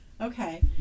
okay